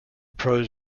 pros